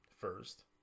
first